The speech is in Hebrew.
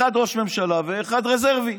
אחד ראש ממשלה ואחד רזרבי,